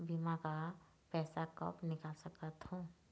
बीमा का पैसा कब निकाल सकत हो?